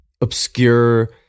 obscure